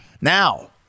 now